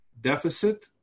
deficit